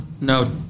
no